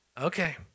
Okay